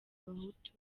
abahutu